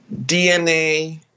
DNA